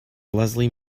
leslie